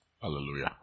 Hallelujah